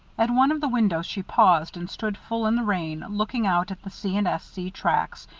at one of the windows she paused, and stood full in the rain, looking out at the c. and s. c. tracks,